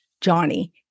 Johnny